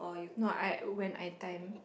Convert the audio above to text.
no I when I time